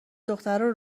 دخترا